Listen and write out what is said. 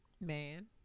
Man